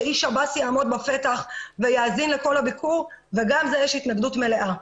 שאיש שב"ס יעמוד בפתח ויאזין לכל הביקור וגם לזה יש התנגדות מלאה.